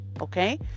okay